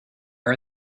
are